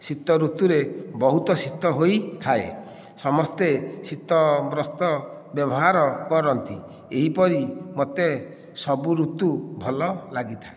ଶୀତ ଋତୁରେ ବହୁତ ଶୀତ ହୋଇଥାଏ ସମସ୍ତେ ଶୀତ ବସ୍ତ୍ର ବ୍ୟବହାର କରନ୍ତି ଏହିପରି ମୋତେ ସବୁ ଋତୁ ଭଲ ଲାଗିଥାଏ